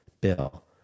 bill